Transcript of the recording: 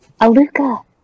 Aluka